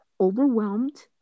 overwhelmed